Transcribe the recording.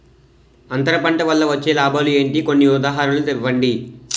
అంతర పంట వల్ల వచ్చే లాభాలు ఏంటి? కొన్ని ఉదాహరణలు ఇవ్వండి?